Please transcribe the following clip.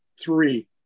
three